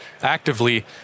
actively